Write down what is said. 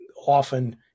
often